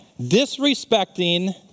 Disrespecting